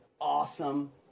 awesome